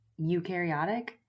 eukaryotic